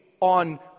on